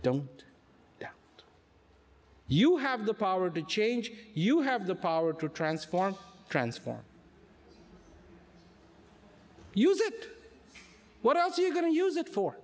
don't you have the power to change you have the power to transform transform use it what else are you going to use it for